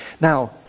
Now